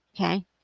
okay